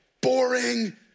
boring